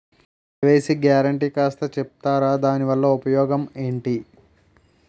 KYC guarantee కాస్త చెప్తారాదాని వల్ల ఉపయోగం ఎంటి?